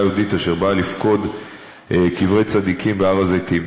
יהודית אשר באה לפקוד קברי צדיקים בהר-הזיתים.